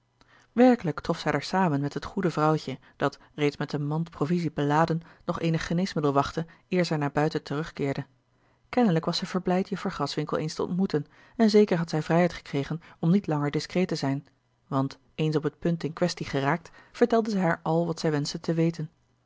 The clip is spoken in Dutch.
werkelijk trof zij daar samen met het goede vrouwtje dat a l g bosboom-toussaint de delftsche wonderdokter eel reeds met een mandje provisie beladen nog eenig geneesmiddel wachtte eer zij naar buiten terugkeerde kennelijk was zij verblijd juffer graswinckel eens te ontmoeten en zeker had zij vrijheid gekregen om niet langer discreet te zijn want eens op het punt in quaestie geraakt vertelde zij haar al wat zij wenschte te weten